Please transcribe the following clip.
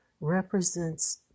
represents